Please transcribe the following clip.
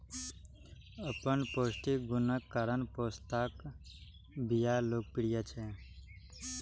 अपन पौष्टिक गुणक कारण पोस्ताक बिया लोकप्रिय छै